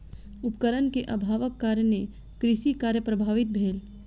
उपकरण के अभावक कारणेँ कृषि कार्य प्रभावित भेल